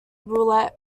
roulette